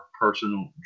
personal